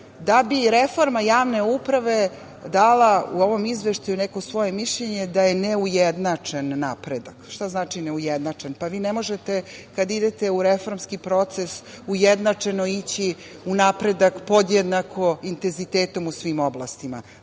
da bi reforma javne uprave dala u ovom izveštaju neko svoje mišljenje da je neujednačen napredak. Šta znači neujednačen? Pa, vi ne možete, kada idete u reformski proces, ujednačeno je ići u napredak podjednako intenzitetom u svim oblastima.